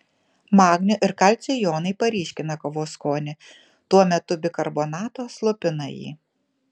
magnio ir kalcio jonai paryškina kavos skonį tuo metu bikarbonato slopina jį